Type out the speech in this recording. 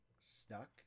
stuck